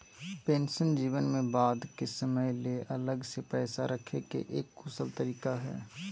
pension जीवन में बाद के समय ले अलग से पैसा रखे के एक कुशल तरीका हय